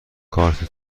کارت